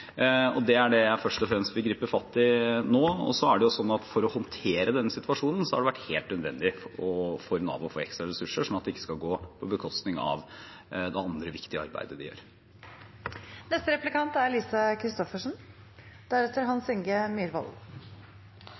Det er det jeg først og fremst vil gripe fatt i nå. Og så er det jo slik at for å håndtere denne situasjonen har det vært helt nødvendig for Nav å få ekstra ressurser, slik at det ikke skal gå på bekostning av det andre viktige arbeidet de gjør. Den saken vi har i dag, er